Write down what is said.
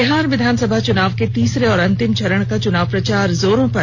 बिहार विधानासभा चुनाव के तीसरे और अंतिम चरण का चुनाव प्रचार जोरों पर